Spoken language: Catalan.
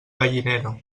gallinera